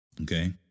Okay